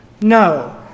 No